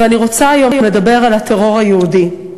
ואני רוצה היום לדבר על הטרור היהודי.